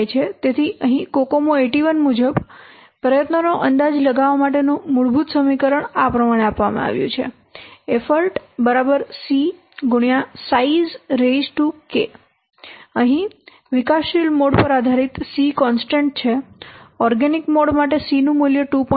તેથી અહીં કોકોમો 81 મુજબ પ્રયત્નોનો અંદાજ લગાવવા માટેનું મૂળભૂત સમીકરણ આ પ્રમાણે આપવામાં આવ્યું છે અહીં વિકાસશીલ મોડ પર આધારિત c કોન્સ્ટન્ટ છે ઓર્ગેનિક મોડ માટે c નું મૂલ્ય 2